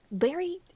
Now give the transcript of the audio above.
Larry